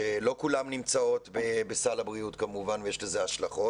שלא כולן נמצאות בסל הבריאות ויש לזה השלכות,